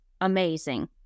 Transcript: Amazing